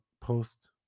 post